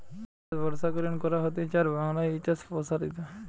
পাট চাষ বর্ষাকালীন করা হতিছে আর বাংলায় এই চাষ প্সারিত